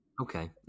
Okay